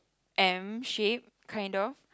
M shape kind of